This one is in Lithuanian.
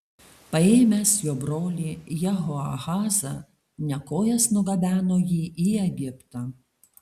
paėmęs jo brolį jehoahazą nekojas nugabeno jį į egiptą